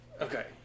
Okay